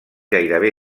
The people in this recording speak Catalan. gairebé